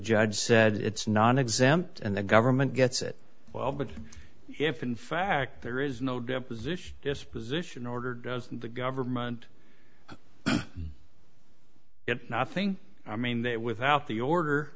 judge said it's nonexempt and the government gets it well but if in fact there is no deposition disposition order doesn't the government it and i think i mean that without the order